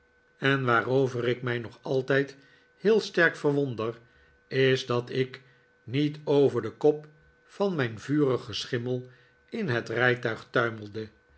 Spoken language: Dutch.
en waarover ik mij nog altijd heel sterk verwonder is dat ik niet over den kop van mijn vurigen schimmel in het rijtuig tuimelde